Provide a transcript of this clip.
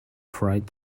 freight